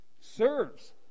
serves